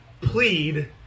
plead